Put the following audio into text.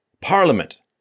Parliament